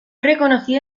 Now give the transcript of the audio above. reconocido